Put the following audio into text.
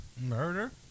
murder